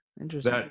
Interesting